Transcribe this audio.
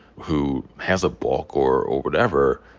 who has a book or or whatever